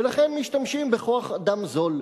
ולכן משתמשים בכוח-אדם זול.